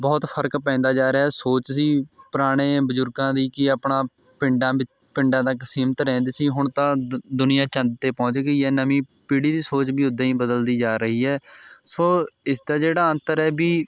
ਬਹੁਤ ਫਰਕ ਪੈਂਦਾ ਜਾ ਰਿਹਾ ਸੋਚ ਸੀ ਪੁਰਾਣੇ ਬਜ਼ੁਰਗਾਂ ਦੀ ਕਿ ਆਪਣਾ ਪਿੰਡਾਂ ਵਿੱਚ ਪਿੰਡਾਂ ਤੱਕ ਸੀਮਤ ਰਹਿੰਦੇ ਸੀ ਹੁਣ ਤਾਂ ਦੁ ਦੁਨੀਆਂ ਚੰਦ 'ਤੇ ਪਹੁੰਚ ਗਈ ਹੈ ਨਵੀਂ ਪੀੜ੍ਹੀ ਦੀ ਸੋਚ ਵੀ ਉੱਦਾਂ ਹੀ ਬਦਲਦੀ ਜਾ ਰਹੀ ਹੈ ਸੋ ਇਸ ਦਾ ਜਿਹੜਾ ਅੰਤਰ ਹੈ ਵੀ